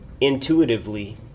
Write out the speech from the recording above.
intuitively